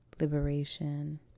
liberation